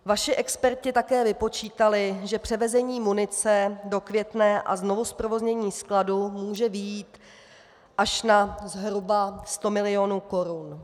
Vaši experti také vypočítali, že převezením munice do Květné a znovuzprovoznění skladu může vyjít až na zhruba 100 milionů korun.